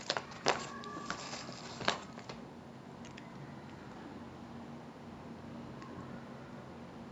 if I had three wishes err wishes ah பொருத்து:poruthu lah like the does the same rule apply where you cannot ask for one more wish that kind